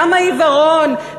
כמה עיוורון,